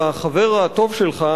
החבר הטוב שלך,